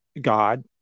God